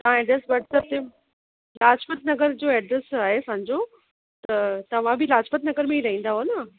तव्हां address WhatsApp ते लाजपत नगर जो एड्रेस आहे असांजो त तव्हां बि लाजपत नगर में ई रहंदा हुआ न